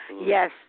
Yes